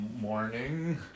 morning